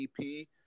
DP